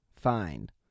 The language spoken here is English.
find